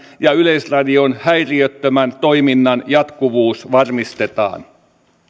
ja yleisradion häiriöttömän toiminnan jatkuvuus varmistetaan